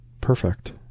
perfect